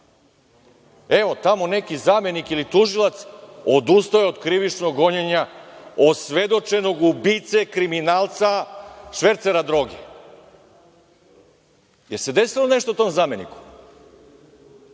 Evo, tamo neki zamenik ili tužilac odustao je od krivičnog gonjenja osvedočenog ubice, kriminalca, švercera droge. Da li se desilo nešto tom zameniku?